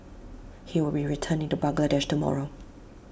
he will be returning to Bangladesh tomorrow